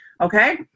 okay